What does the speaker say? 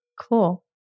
Cool